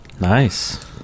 Nice